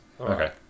Okay